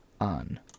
on